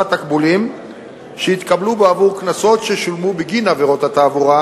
התקבולים שהתקבלו בעבור קנסות ששולמו בגין עבירות התעבורה,